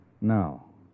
No